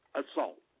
assault